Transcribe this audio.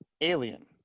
alien